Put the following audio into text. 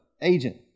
agent